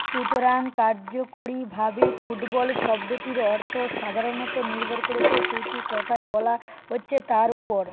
সুতরাং কার্যকরীভাবে ফুটবল শব্দটির অর্থ সাধারণত নির্ভর করেছে সেটি কোথায় বলা হচ্ছে তার উপর